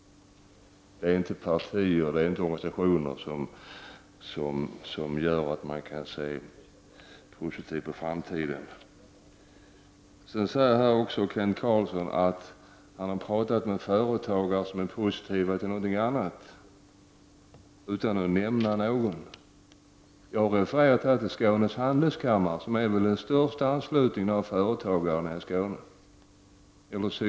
Det är inte partier och organisationer som gör att man kan se positivt på framtiden. Kent Carlsson säger vidare att han har talat med företagare som är positiva till ett annat alternativ, utan att nämna någon. Jag har refererat till Sydsvenska handelskammaren, som är den största sammanslutningen av företagare i Skåne.